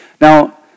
Now